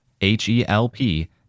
H-E-L-P